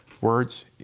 Words